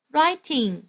Writing